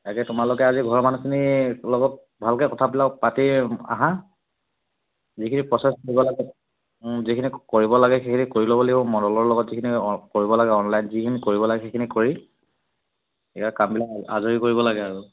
তাকে তোমালোকে আজি ঘৰৰ মানুহখিনি লগত ভালকৈ কথাবিলাক পাতি আহা যিখিনি প্ৰ'চেছ কৰিব লাগে যিখিনি কৰিব লাগে সেইখিনি কৰি ল'ব লাগিব মণ্ডলৰ লগত যিখিনি কৰিব লাগে অনলাইন যিখিনি কৰিব লাগে সেইখিনি কৰি সেয়া কামবিলাক আজৰি কৰিব লাগে আৰু